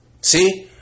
See